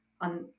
on